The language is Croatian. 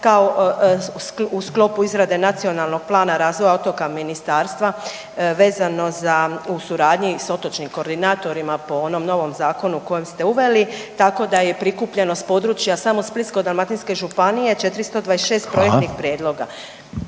kao u sklopu izrade nacionalnog plana razvoja otoka ministarstva vezano i u suradnji sa otočnim koordinatorima po onom novom zakonu kojem ste uveli, tako da je prikupljeno s područja samo Splitsko-dalmatinske županije 426 projektnih prijedloga.